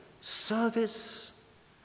Service